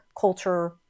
culture